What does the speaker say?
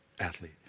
athlete